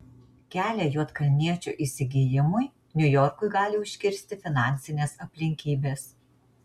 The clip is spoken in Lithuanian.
kelią juodkalniečio įsigijimui niujorkui gali užkirsti finansinės aplinkybės